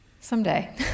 Someday